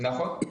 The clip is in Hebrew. נכון.